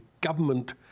government